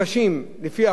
של שירותי הכבאות,